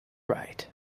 right